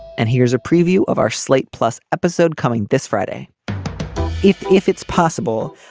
and here's a preview of our slate plus episode coming this friday if if it's possible,